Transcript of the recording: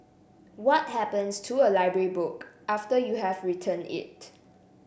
what happens to a library book after you have returned it